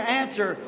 answer